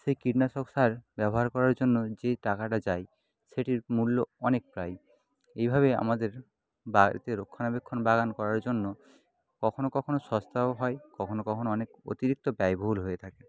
কীটনাশক সার ব্যাবহার করার জন্য যেই টাকাটা যায় সেটির মূল্য অনেক প্রায় এভাবেই আমাদের বাড়িতে রক্ষণাবেক্ষণ বাগান করার জন্য কখনো কখনো সস্তাও হয় কখনো কখনো অনেক অতিরিক্ত ব্যয়বহুল হয়ে থাকে